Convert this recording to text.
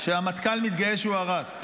שהמטכ"ל מתגאה שהוא הרס,